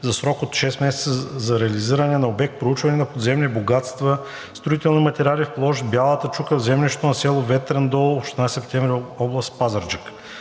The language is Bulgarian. за срок от шест месеца за реализиране на обект „Проучване на подземни богатства – строителни материали, в площ „Бялата чука“ в землището на село Ветрен дол, община Септември, област Пазарджик“.